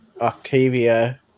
Octavia